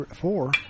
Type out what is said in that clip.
four